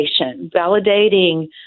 validating